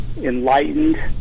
enlightened